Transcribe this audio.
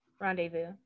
rendezvous